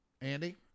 Andy